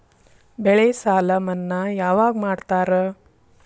ಬೆಳೆ ಸಾಲ ಮನ್ನಾ ಯಾವಾಗ್ ಮಾಡ್ತಾರಾ?